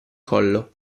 collo